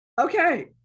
Okay